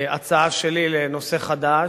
הצעה שלי לנושא חדש,